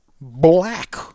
black